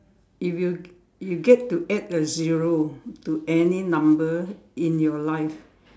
if you you get to add a zero to any number in your life